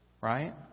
right